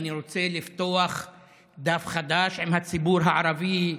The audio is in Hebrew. אני רוצה לפתוח דף חדש עם הציבור הערבי,